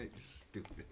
Stupid